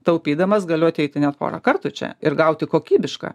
taupydamas galiu ateiti net porą kartų čia ir gauti kokybišką